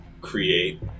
create